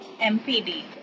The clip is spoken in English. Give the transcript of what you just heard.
MPD